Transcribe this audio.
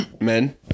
men